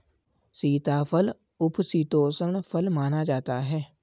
सीताफल उपशीतोष्ण फल माना जाता है